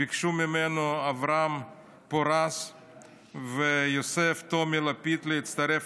ביקשו ממנו אברהם פורז ויוסף טומי לפיד להצטרף